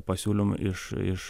pasiūlymų iš iš